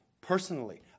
personally